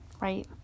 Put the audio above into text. Right